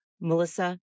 Melissa